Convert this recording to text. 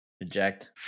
eject